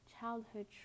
childhood